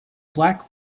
black